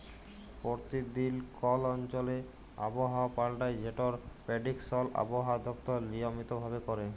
পরতিদিল কল অঞ্চলে আবহাওয়া পাল্টায় যেটর পেরডিকশল আবহাওয়া দপ্তর লিয়মিত ভাবে ক্যরে